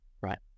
Right